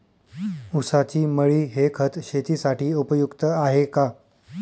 ऊसाची मळी हे खत शेतीसाठी उपयुक्त आहे का?